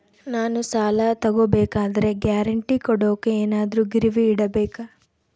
ನಾನು ಸಾಲ ತಗೋಬೇಕಾದರೆ ಗ್ಯಾರಂಟಿ ಕೊಡೋಕೆ ಏನಾದ್ರೂ ಗಿರಿವಿ ಇಡಬೇಕಾ?